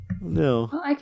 no